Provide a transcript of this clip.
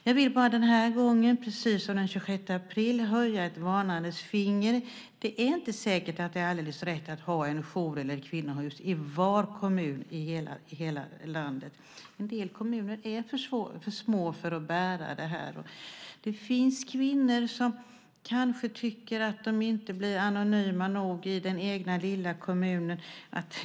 Jag vill bara den här gången, precis som den 26 april, höja ett varningens finger. Det är inte säkert att det är alldeles rätt att ha en jour eller ett kvinnohus i var kommun i hela landet. En del kommuner är för små för att bära det här. Det finns kvinnor som kanske tycker att de inte blir anonyma nog i den egna lilla kommunen.